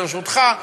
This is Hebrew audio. ברשותך.